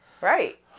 right